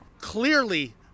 clearly